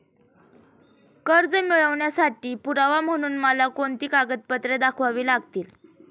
कर्ज मिळवण्यासाठी पुरावा म्हणून मला कोणती कागदपत्रे दाखवावी लागतील?